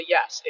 Yes